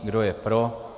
Kdo je pro?